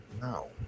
No